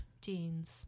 jeans